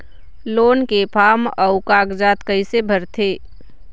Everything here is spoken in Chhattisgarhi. लोन के फार्म अऊ कागजात कइसे भरथें?